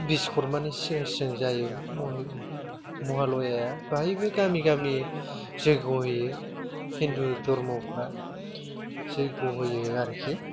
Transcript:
बिसकर्मानि सिगां सिगां जायो मन महालयाआ बाहायबो गामि गामि जैग' होयो हिन्दु धर्मफ्रा जैग्य' होयो आरोखि